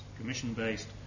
commission-based